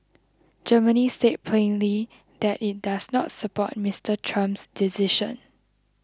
Germany said plainly that it does not support Mister Trump's decision